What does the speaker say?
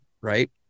right